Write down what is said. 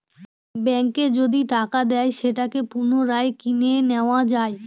ব্যাঙ্কে যদি টাকা দেয় সেটাকে পুনরায় কিনে নেত্তয়া যায়